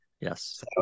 Yes